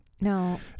No